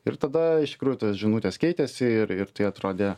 ir tada iš tikrųjų tos žinutės keitėsi ir ir tie atrodė